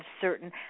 certain